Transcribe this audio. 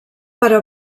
però